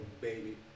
Baby